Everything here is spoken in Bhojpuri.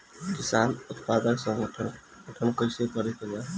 किसान उत्पादक संगठन गठन कैसे करके बा?